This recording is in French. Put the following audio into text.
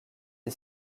est